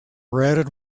red